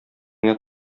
генә